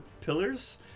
pillars